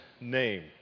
name